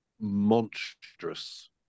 monstrous